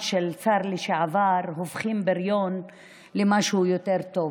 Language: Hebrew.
של שר לשעבר הופכים בריון למשהו יותר טוב,